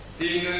the